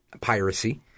piracy